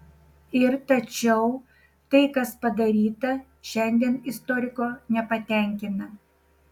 ir tačiau tai kas padaryta šiandien istoriko nepatenkina